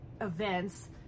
events